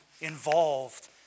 involved